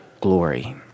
glory